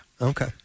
Okay